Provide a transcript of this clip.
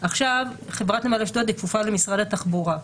חברת נמל אשדוד כפופה למשרד התחבורה,